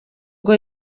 ngo